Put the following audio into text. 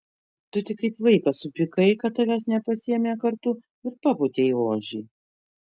tu tik kaip vaikas supykai kad tavęs nepasiėmė kartu ir papūtei ožį